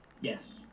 yes